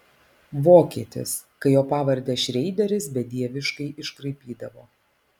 vokietis kai jo pavardę šreideris bedieviškai iškraipydavo